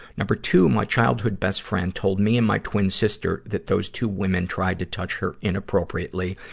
number two, my childhood best friend told me and my twin sister that those two women tried to touch her inappropriately,